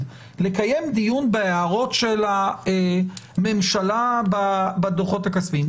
לקיים דיון בהערות של הממשלה בדוחות הכספיים.